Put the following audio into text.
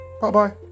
Bye-bye